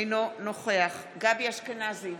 אינו נוכח גבי אשכנזי,